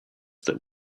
that